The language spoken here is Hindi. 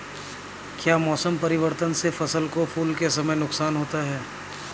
क्या मौसम परिवर्तन से फसल को फूल के समय नुकसान होगा?